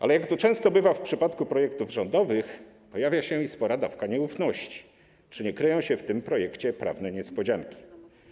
Ale jak to często bywa w przypadku projektów rządowych, pojawia się spora dawka nieufności, czy nie kryją się w tym projekcie prawne niespodzianki.